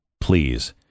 please